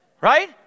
Right